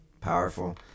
powerful